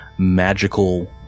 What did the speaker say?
magical